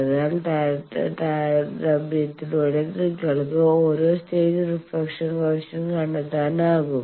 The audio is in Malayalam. അതിനാൽ താരതമ്യത്തിലൂടെ നിങ്ങൾക്ക് ഓരോ സ്റ്റേജ് റിഫ്ലക്ഷൻ കോയെഫിഷ്യന്റ് കണ്ടെത്താനാകും